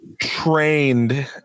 trained